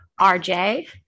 rj